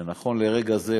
נכון לרגע זה,